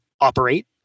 operate